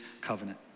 covenant